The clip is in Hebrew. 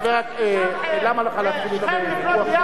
בוש לך והיכלם לך.